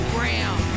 Graham